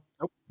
Nope